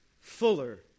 fuller